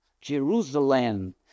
Jerusalem